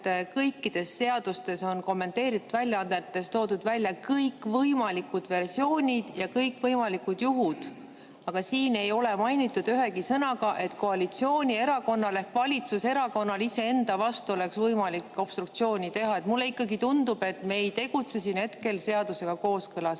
kõikide teiste seaduste kommenteeritud väljaannetes, on toodud välja kõikvõimalikud versioonid ja kõikvõimalikud juhud. Aga siin ei ole mainitud ühegi sõnaga, et koalitsioonierakonnal kui valitsuserakonnal oleks iseenda vastu võimalik obstruktsiooni teha. Mulle ikkagi tundub, et me ei tegutse hetkel seadusega kooskõlas.